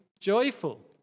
joyful